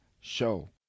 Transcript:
show